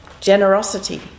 generosity